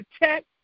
protect